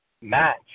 match